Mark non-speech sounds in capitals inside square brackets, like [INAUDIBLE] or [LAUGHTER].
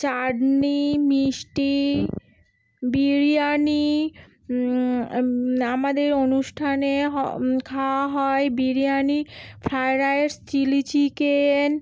চাটনি মিষ্টি বিরিয়ানি আমাদের অনুষ্ঠানে [UNINTELLIGIBLE] খাওয়া হয় biryani fried rice chilli chicken